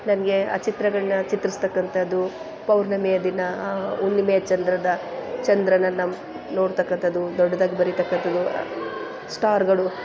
ನನಗೆ ಆ ಚಿತ್ರಗಳನ್ನ ಚಿತ್ರಿಸ್ತಕ್ಕಂಥದ್ದು ಪೌರ್ಣಮೆಯ ದಿನ ಆ ಹುಣ್ಣಿಮೆಯ ಚಂದ್ರದ ಚಂದ್ರನನ್ನು ನೋಡ್ತಕ್ಕಂಥದ್ದು ದೊಡ್ಡದಾಗಿ ಬರಿತಕ್ಕಂಥದ್ದು ಸ್ಟಾರ್ಗಳು